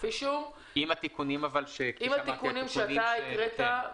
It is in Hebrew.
אם יחליטו לתקן את זה יתקנו את זה בסעיף 8. עם התיקונים שאמרתי קודם.